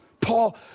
Paul